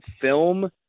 film